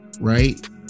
right